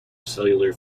cellular